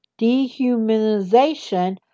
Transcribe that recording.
dehumanization